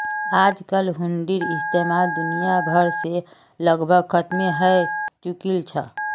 आजकल हुंडीर इस्तेमाल दुनिया भर से लगभग खत्मे हय चुकील छ